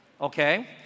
okay